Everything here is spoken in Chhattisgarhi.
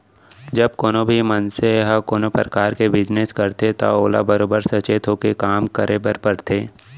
जब कोनों भी मनसे ह कोनों परकार के बिजनेस करथे त ओला बरोबर सचेत होके काम करे बर परथे